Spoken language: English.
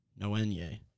Noenye